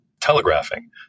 telegraphing